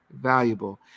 valuable